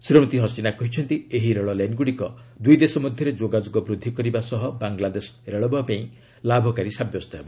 ଶ୍ରୀମତୀ ହସିନା କହିଛନ୍ତି ଏହି ରେଳ ଲାଇନ୍ଗୁଡ଼ିକ ଦୁଇଦେଶ ମଧ୍ୟରେ ଯୋଗାଯୋଗ ବୃଦ୍ଧି କରିବା ସହ ବାଂଲାଦେଶ ରେଳବାଇ ପାଇଁ ଲାଭକାରୀ ସାବ୍ୟସ୍ତ ହେବ